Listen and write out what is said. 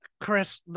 Chris